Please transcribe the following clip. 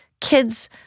kids